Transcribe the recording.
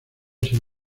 ser